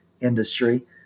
industry